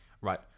Right